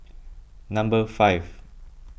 number five